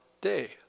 day